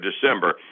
December